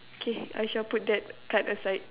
K I shall put that card aside